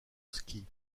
ski